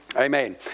Amen